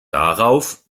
darauf